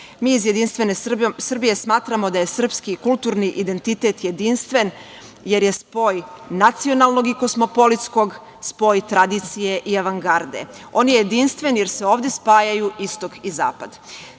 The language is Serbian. Mi iz JS smatramo da je srpski, kulturni identitet jedinstven, jer je spoj nacionalnog i kosmopolitskog, spoj tradicije i avangarde. On je jedinstven, jer se ovde spajaju istok i zapad. Srpski